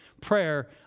prayer